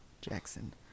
Jackson